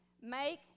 make